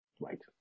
Right